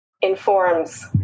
informs